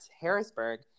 Harrisburg